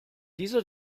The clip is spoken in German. dieser